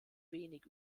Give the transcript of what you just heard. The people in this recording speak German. wenig